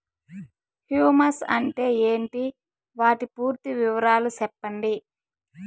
Humus అంటే ఏంటి? వాటి పూర్తి వివరాలు సెప్పండి?